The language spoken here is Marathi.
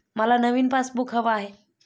मला नवीन पासबुक हवं आहे